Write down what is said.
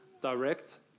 direct